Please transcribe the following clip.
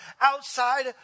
outside